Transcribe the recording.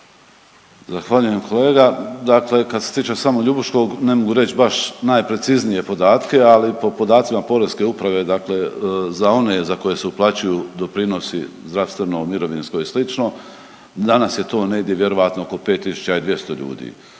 Zahvaljujem kolega. Dakle, kad se tiče samo Ljubuškog ne mogu reći baš najpreciznije podatke ali po podacima poreske uprave dakle za one za koje se uplaćuju doprinosi zdravstveno, mirovinsko i slično danas je to negdje vjerojatno oko 5.200 ljudi.